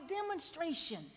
demonstration